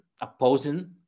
opposing